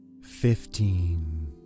fifteen